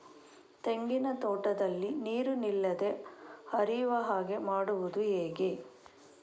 ತೆಂಗಿನ ತೋಟದಲ್ಲಿ ನೀರು ನಿಲ್ಲದೆ ಹರಿಯುವ ಹಾಗೆ ಮಾಡುವುದು ಹೇಗೆ?